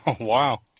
wow